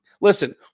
Listen